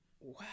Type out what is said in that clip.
wow